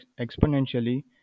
exponentially